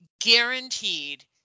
guaranteed